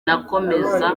nakomeza